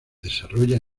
desarrolla